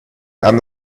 and